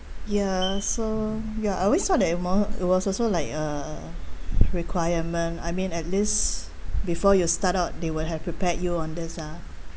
ya so ya I always saw the amo~ it was also like a requirement I mean at least before you start out they will have prepared you on this ah